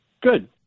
good